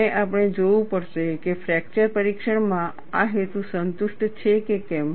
અને આપણે જોવું પડશે કે ફ્રેક્ચર પરીક્ષણ માં આ હેતુ સંતુષ્ટ છે કે કેમ